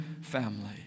family